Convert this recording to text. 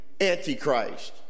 antichrist